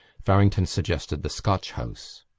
farrington suggested the scotch house.